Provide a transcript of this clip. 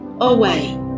away